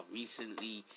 recently